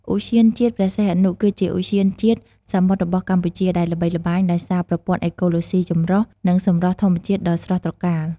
ឧទ្យានជាតិព្រះសីហនុ គឺជាឧទ្យានជាតិសមុទ្ររបស់កម្ពុជា ដែលល្បីល្បាញដោយសារប្រព័ន្ធអេកូឡូស៊ីចម្រុះ និងសម្រស់ធម្មជាតិដ៏ស្រស់ត្រកាល។